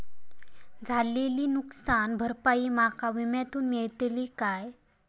झालेली नुकसान भरपाई माका विम्यातून मेळतली काय?